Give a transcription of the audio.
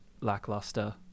lackluster